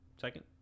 second